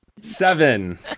Seven